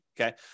okay